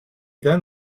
then